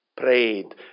prayed